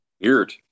Weird